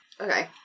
Okay